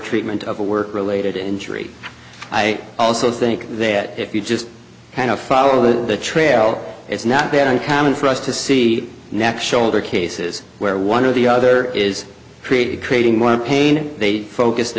treatment of a work related injury i also think that if you just kind of follow the trail it's not that uncommon for us to see neck shoulder cases where one of the other is created creating one pain they focused the